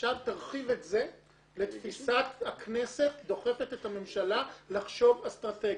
עכשיו תרחיב את זה לתפיסת הכנסת דוחפת את הממשלה לחשוב אסטרטגית.